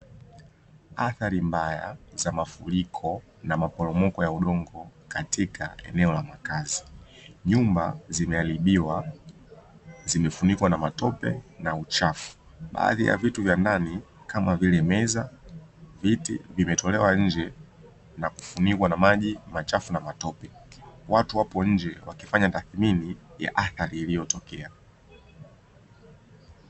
Athari mbaya za mafuriko na maporomoko ya udongo katika eneo la makazi, nyumba zimeharibiwa ,zimefunikwa na matope na uchafu baadhi ya vitu vya ndani kama vile meza, viti vimetolewa nje na kufuniko na maji machafu na matope, watu wapo nje na kufanya tadhimini ya athari iliyotokea.